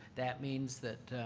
that means that,